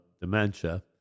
dementia